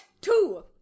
two